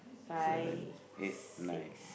seven eight nine